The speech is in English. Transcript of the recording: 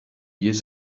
years